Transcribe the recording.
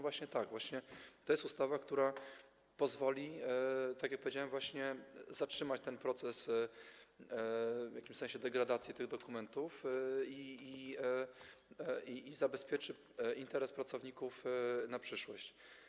Właśnie tak, właśnie to jest ustawa, która pozwoli, tak jak powiedziałem, zatrzymać ten proces w jakimś sensie degradacji tych dokumentów i zabezpieczy interes pracowników na przyszłość.